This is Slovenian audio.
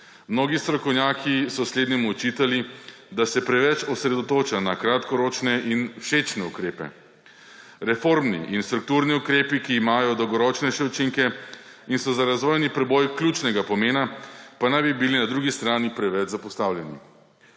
Mnogi strokovnjaki so slednjemu očitali, da se preveč osredotoča na kratkoročne in všečne ukrepe. Reformni in strukturni ukrepi, ki imajo dolgoročnejše učinke in so za razvojni preboj ključnega pomena, pa naj bi bili na drugi strani preveč zapostavljeni.